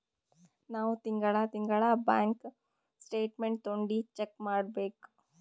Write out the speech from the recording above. ನಾವ್ ತಿಂಗಳಾ ತಿಂಗಳಾ ಬ್ಯಾಂಕ್ ಸ್ಟೇಟ್ಮೆಂಟ್ ತೊಂಡಿ ಚೆಕ್ ಮಾಡ್ಬೇಕ್